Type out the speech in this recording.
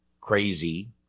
crazy